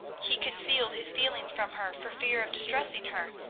he concealed his feelings from her for fear of distressing her,